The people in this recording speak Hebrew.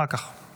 עכשיו או בהמשך?